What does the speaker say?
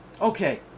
Okay